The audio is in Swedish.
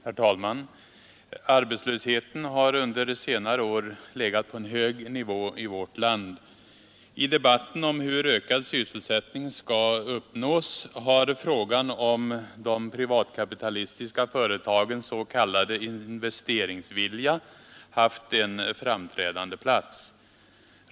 Herr talman! Arbetslösheten har under senare år legat på en hög nivå i vårt land. I debatten om hur ökad sysselsättning skall uppnås har frågan om de privatkapitalistiska företagens s.k. investeringsvilja haft en framträdande plats.